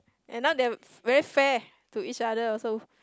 and not they very fair to each other also